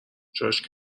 جاش